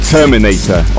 Terminator